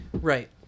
Right